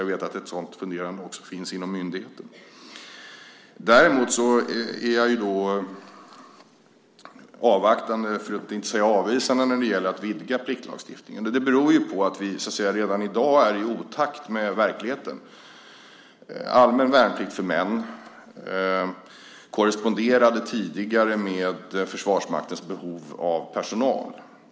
Jag vet också att man funderar på det inom myndigheten. Däremot är jag avvaktande, för att inte säga avvisande, när det gäller att vidga pliktlagstiftningen. Det beror på att vi redan i dag är i otakt med verkligheten. Allmän värnplikt för män korresponderade tidigare med Försvarsmaktens behov av personal.